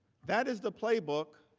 that is the playbook